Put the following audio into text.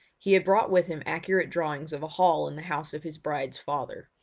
he had brought with him accurate drawings of a hall in the house of his bride's father,